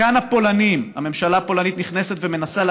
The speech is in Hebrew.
וכאן הפולנים,